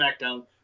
SmackDown